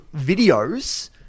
videos